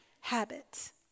habits